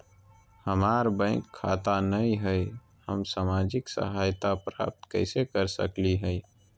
हमार बैंक खाता नई हई, हम सामाजिक सहायता प्राप्त कैसे के सकली हई?